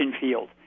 field